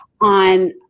on